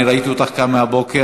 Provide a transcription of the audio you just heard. אני ראיתי אותך כאן מהבוקר,